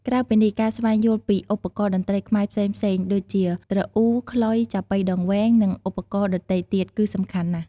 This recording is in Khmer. ក្រៅពីនេះ ការស្វែងយល់ពីឧបករណ៍តន្ត្រីខ្មែរផ្សេងៗ ដូចជា ទ្រអ៊ូ ខ្លុយ ចាប៉ីដងវែង និងឧបករណ៍ដទៃទៀត គឺសំខាន់ណាស់។